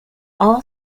all